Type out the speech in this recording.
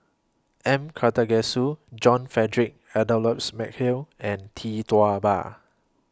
M Karthigesu John Frederick Adolphus Mcnair and Tee Tua Ba